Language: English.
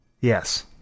Yes